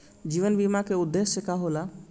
जीवन बीमा का उदेस्य का होला?